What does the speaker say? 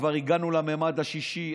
כבר הגענו למימד השישי,